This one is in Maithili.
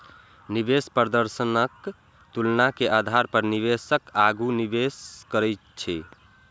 निवेश प्रदर्शनक तुलना के आधार पर निवेशक आगू निवेश करै छै